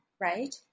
right